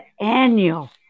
annual